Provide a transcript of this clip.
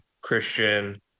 Christian